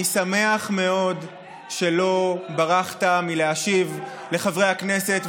אני שמח מאוד שלא ברחת מלהשיב לחברי הכנסת,